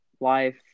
life